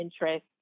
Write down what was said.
interest